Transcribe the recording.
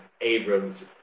Abrams